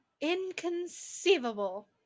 inconceivable